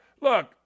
Look